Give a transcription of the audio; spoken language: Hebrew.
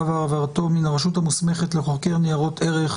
והעברתו מן הרשות המוסמכת לחוקר ניירות ערך),